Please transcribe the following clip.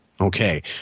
Okay